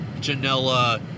Janela